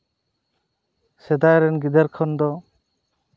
ᱥᱮᱫᱟᱭ ᱨᱮᱱ ᱜᱤᱫᱟᱹᱨ ᱠᱷᱚᱱ ᱫᱚ